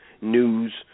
news